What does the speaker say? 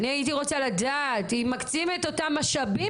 אני הייתי רוצה לדעת אם מקצים את אותם משאבים